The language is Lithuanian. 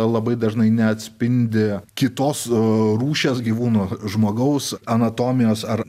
labai dažnai neatspindi kitos rūšies gyvūno žmogaus anatomijos ar